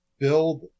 build